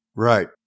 Right